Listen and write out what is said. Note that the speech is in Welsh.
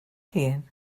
llun